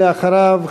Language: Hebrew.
ואחריו,